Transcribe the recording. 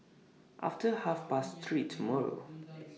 after Half Past three tomorrow